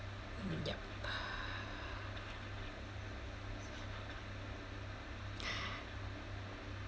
yup